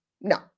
no